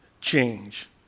change